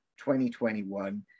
2021